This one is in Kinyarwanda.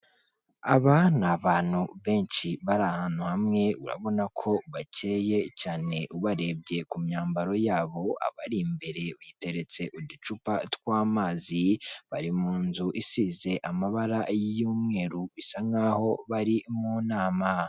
Aba ni abantu benshi bari ahantu hamwe urabona ko bacyeye cyane ubarebye ku myambaro yabo, abari imbere biteretse uducupa tw'amazi bari mu nzu isize amabara y'umweru bisa nk'aho bari mu nama.